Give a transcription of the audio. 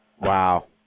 Wow